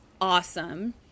awesome